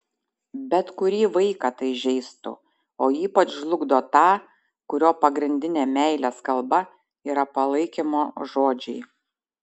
bet kurį vaiką tai žeistų o ypač žlugdo tą kurio pagrindinė meilės kalba yra palaikymo žodžiai